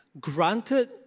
granted